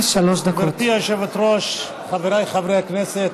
גברתי היושבת-ראש, חבריי חברי הכנסת,